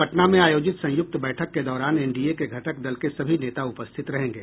पटना में आयोजित संयुक्त बैठक के दौरान एनडीए के घटक दल के सभी नेता उपस्थित रहेंगे